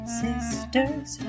sisters